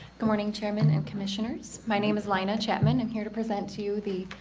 good morning chairman and commissioners my name is lena chapman i'm here to present to you the